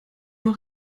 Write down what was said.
nur